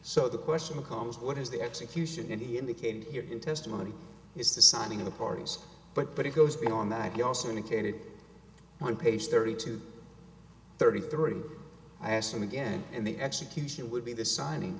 so the question becomes what is the execution he indicated here in testimony is the signing of the parties but but it goes beyond that you also indicated on page thirty two thirty three i asked him again and the execution would be the signing